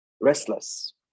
restless